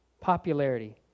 Popularity